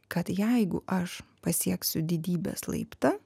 kad jeigu aš pasieksiu didybės laiptą